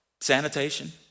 sanitation